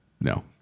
no